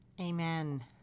Amen